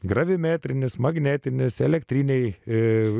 gravimetrinis magnetinis elektriniai ir